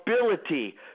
ability